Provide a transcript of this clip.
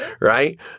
Right